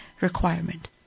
requirement